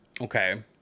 Okay